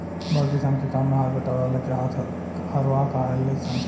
बड़ किसान के काम मे हाथ बटावे वाला के हरवाह कहाले सन